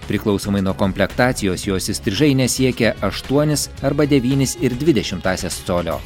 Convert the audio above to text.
priklausomai nuo komplektacijos jos įstrižainė siekia aštuonis arba devynis ir dvi dešimtąsias colio